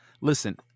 Listen